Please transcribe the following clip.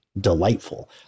delightful